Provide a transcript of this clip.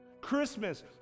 Christmas